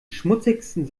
schmutzigsten